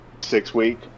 six-week